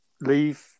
leave